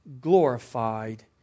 glorified